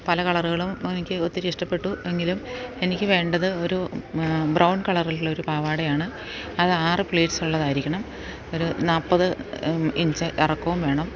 പല കളറുകളും എനിക്കൊത്തിരി ഇഷ്ടപ്പെട്ടു എങ്കിലും എനിക്ക് വേണ്ടത് ഒരു ബ്രൗൺ കളറിലുള്ളൊരു പാവാടയാണ് അതാറ് പ്ലീറ്റ്സ് ഉള്ളതായിരിക്കണം ഒരു നാല്പ്പത് ഇഞ്ച് ഇറക്കവും വേണം